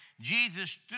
Jesus